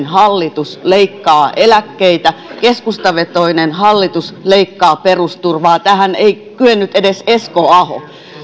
hallitus leikkaa eläkkeitä keskustavetoinen hallitus leikkaa perusturvaa tähän ei kyennyt edes esko aho